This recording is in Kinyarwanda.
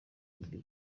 libya